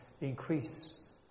increase